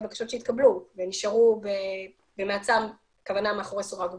בקשות שהתקבלו ונשארו במעצר מאחורי סורג ובריח.